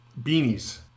beanies